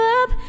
up